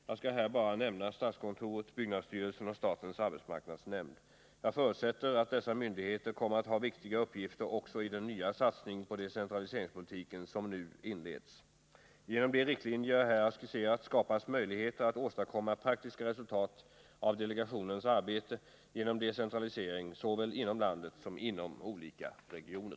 Jag skall här bara nämna statskontoret. byggnadsstyrelsen och statens arbetsmarknadsnämnd. Jag förutsätter att dessa myndigheter kommer att ha viktiga uppgifter också i den nya satsning på decentraliseringspolitiken som nu inleds. Genom de riktlinjer jag här har skisserat skapas möjligheter att åstadkomma praktiska resultat av delegationens arbete genom decentralisering såväl inom landet som inom olika regioner.